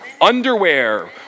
Underwear